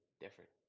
different